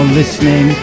listening